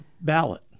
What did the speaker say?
ballot